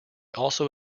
also